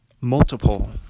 Multiple